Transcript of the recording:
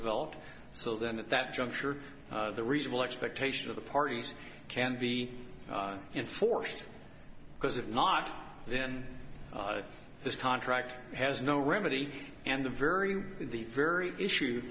developer so then at that juncture the reasonable expectation of the parties can be enforced because if not then this contract has no remedy and the very the very issue